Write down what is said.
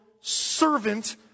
servant